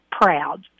proud